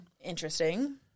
Interesting